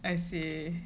I see